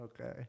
Okay